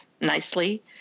nicely